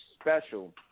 special